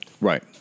Right